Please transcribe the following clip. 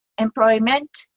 employment